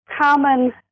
common